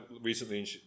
recently